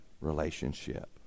relationship